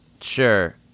Sure